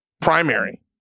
primary